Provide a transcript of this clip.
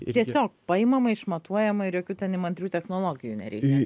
tiesiog paimama išmatuojama ir jokių ten įmantrių technologijų nereikia